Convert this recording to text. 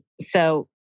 So-